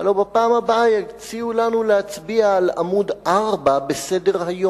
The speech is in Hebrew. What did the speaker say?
הלוא בפעם הבאה יציעו לנו להצביע על עמוד 4 בסדר-היום